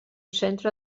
centre